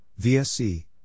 VSC